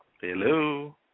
Hello